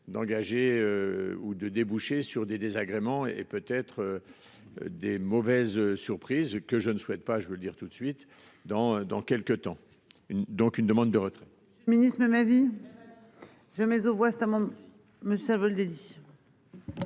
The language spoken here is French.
d'engager. Ou de déboucher sur des désagréments et peut être. Des mauvaises surprises que je ne souhaite pas, je veux dire tout de suite dans, dans quelque temps une donc une demande de retrait.